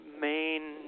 main